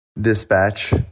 dispatch